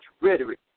rhetoric